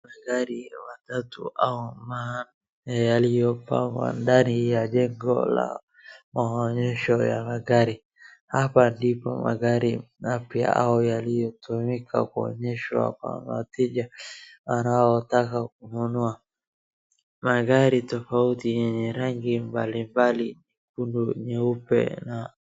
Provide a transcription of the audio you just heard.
Magari matatu ama manne yaliyopangwa ndani ya maonyesho ya magari. Hapa ndipo magari mapya au yaliyotumika kuonyeshwa kwa wateja wanaotaka kununua magari tofauti yenye rangi mbali mbali nyeupe na,,,,